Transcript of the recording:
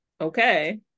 Okay